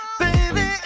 baby